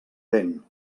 vent